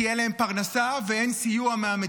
כי אין להם פרנסה, ואין סיוע מהמדינה.